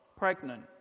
pregnant